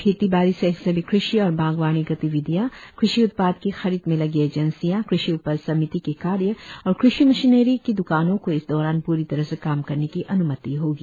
खेती बाड़ी सहित सभी कृषि और बागबानी गतिविधियां कृषि उत्पाद की खरीद में लगी एजेंसियां कृषि उपज समिति के कार्य और कृषि मशीनरी की द्कानों को इस दौरान प्री तरह से काम करने की अन्मति होगी